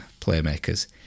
playmakers